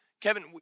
Kevin